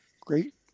Great